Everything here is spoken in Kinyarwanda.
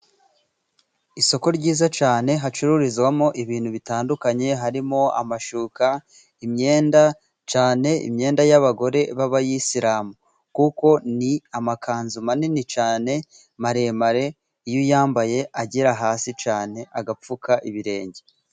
Isoko ryiza cyane hacururizwamo ibintu bitandukanye. Harimo amashuka, imyenda, cyane imyenda y'abagore b'abayisilamu, kuko ni amakanzu manini cyane, maremare, iyo uyambaye agera hasi cyane agapfuka ibirenge.